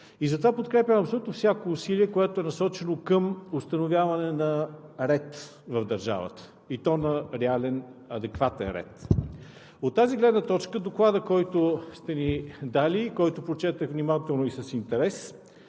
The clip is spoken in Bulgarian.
Затова подкрепям абсолютно всяко усилие, насочено към установяване на ред в държавата, и то на реален, адекватен ред. От тази гледна точка Докладът, който сте ни дали, който прочетох внимателно и с интерес,